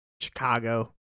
Chicago